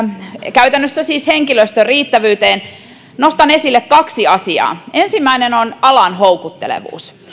käytännössä siis henkilöstön riittävyyteen niin nostan esille kaksi asiaa ensimmäinen on alan houkuttelevuus